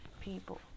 people